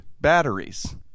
batteries